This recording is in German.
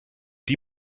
die